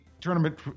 tournament